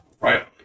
Right